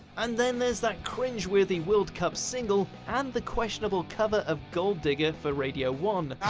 and then there's that cringeworthy world cup single, and the questionable cover of gold digger for radio one.